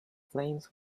flames